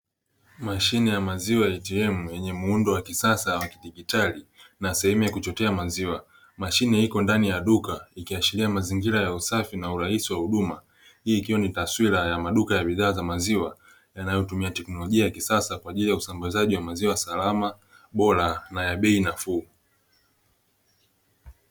Mashine ya maziwa ATM yenye muundo wa kisasa wa kidigitali na sehemu ya kuchotea maziwa. Mashine hii iko ndani ya duka ikiashiria mazingira ya usafi na urahisi wa huduma, hii ikiwa ni taswira ya maduka ya maziwa yanayotumia teknolojia ya kisasa kwaajili ya usambazaji wa maziwa salama, bora na ya bei nafuu.